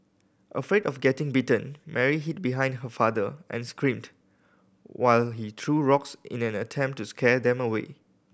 afraid of getting bitten Mary hid behind her father and screamed while he threw rocks in an attempt to scare them away